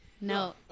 No